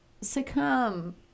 succumb